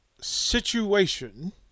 situation